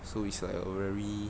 so it's like a very